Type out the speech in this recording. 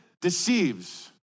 deceives